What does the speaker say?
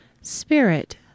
spirit